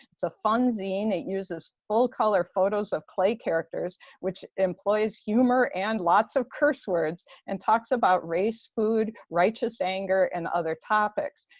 it's a fun zine. it uses full-color photos of clay characters which employs humor and lots of curse words, and talks about race, food, righteous anger, and other topics.